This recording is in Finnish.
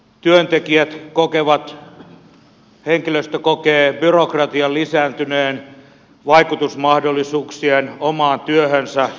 työntekijät kokevat henkilöstö kokee byrokratian lisääntyneen vaikutusmahdollisuuksien omaan työhönsä vähentyneen